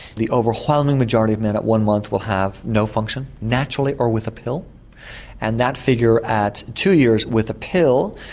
the overwhelming majority of men at one month will have no function naturally or with a pill and that figure at two years with a pill,